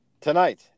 tonight